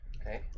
Okay